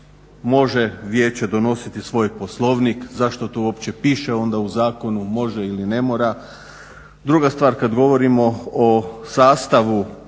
može vijeće donositi svoj poslovnik, zašto to uopće piše onda u zakonu, može ili ne mora. Druga stvar, kad govorimo o sastavu